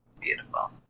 Beautiful